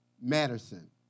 Madison